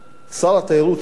שר התיירות של אז,